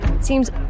seems